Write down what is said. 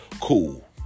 cool